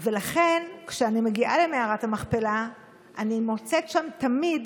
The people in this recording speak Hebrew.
לכן, כשאני מגיעה למערת המכפלה אני מוצאת שם תמיד